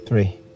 Three